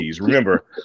Remember